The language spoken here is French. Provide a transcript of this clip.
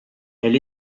elle